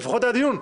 לפחות היה דיון,